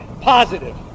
positive